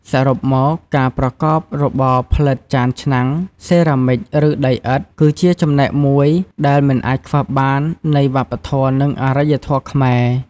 សរុបមក ការប្រកបរបរផលិតចានឆ្នាំង សេរ៉ាមិច ឬ ដីឥដ្ឋ គឺជាចំណែកមួយដែលមិនអាចខ្វះបាននៃវប្បធម៌ និងអរិយធម៌ខ្មែរ។